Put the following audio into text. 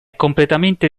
completamente